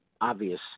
obvious